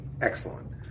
excellent